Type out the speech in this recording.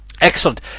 Excellent